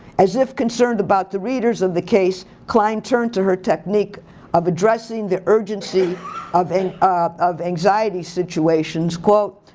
as if concerned about the readers of the case, klein turned to her technique of addressing the urgency of and of anxiety situations. quote,